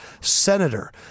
Senator